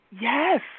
yes